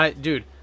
dude